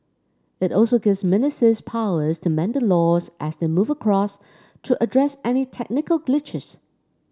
it also gives ministers powers to amend the laws as they move across to address any technical glitches